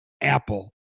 Apple